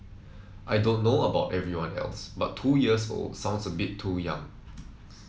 I don't know about everyone else but two years old sounds a bit too young